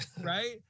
Right